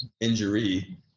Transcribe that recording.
injury